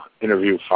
interview